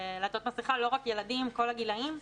לא רק ילדים אלא כל הגילים,